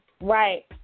Right